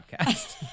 podcast